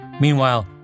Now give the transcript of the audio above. Meanwhile